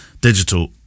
digital